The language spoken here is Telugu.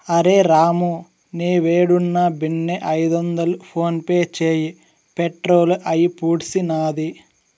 అరె రామూ, నీవేడున్నా బిన్నే ఐదొందలు ఫోన్పే చేయి, పెట్రోలు అయిపూడ్సినాది